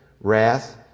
wrath